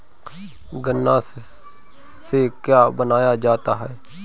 गान्ना से का बनाया जाता है?